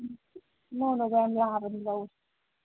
ꯂꯧꯅꯕ ꯌꯥꯕꯅꯤ ꯂꯧ